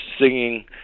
singing